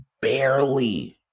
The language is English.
barely